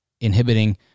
inhibiting